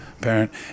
parent